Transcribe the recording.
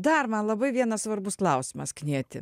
dar man labai vienas svarbus klausimas knieti